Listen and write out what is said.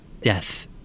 Death